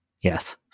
Yes